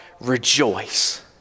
rejoice